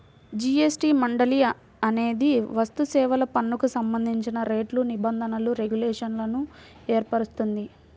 GST మండలి అనేది వస్తుసేవల పన్నుకు సంబంధించిన రేట్లు, నిబంధనలు, రెగ్యులేషన్లను ఏర్పరుస్తుంది